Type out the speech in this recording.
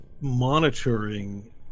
monitoring